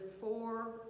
four